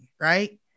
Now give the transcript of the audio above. right